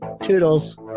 Toodles